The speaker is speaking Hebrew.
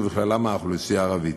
ובכללם האוכלוסייה הערבית.